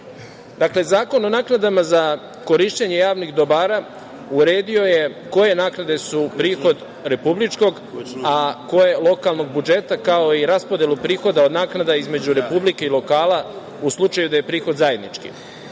Zakon o naknadama za korišćenje javnih dobara uredio je koje naknade su prihod republičkog, a koje lokalnog budžeta, kao i raspodelu prihoda naknada između republike i lokala u slučaju da je prihod zajednički.